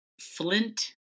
flint